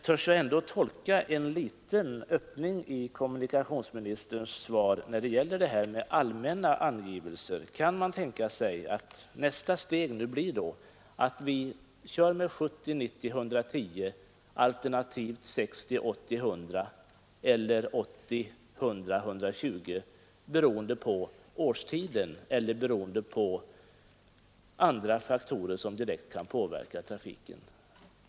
Törs jag tolka en liten öppning i kommunikationsministerns svar när det gäller detta med allmänna hastighetsangivelser? Kan man tänka sig att nästa steg blir att vi kör med 70 110 km 80 100/120 beroende på årstiden eller andra faktorer som direkt kan påverka trafiken?